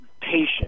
patient